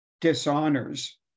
dishonors